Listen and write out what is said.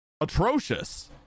atrocious